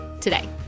today